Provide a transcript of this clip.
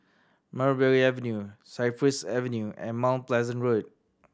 Mulberry Avenue Cypress Avenue and Mount Pleasant Road